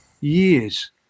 years